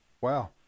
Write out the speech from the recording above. Wow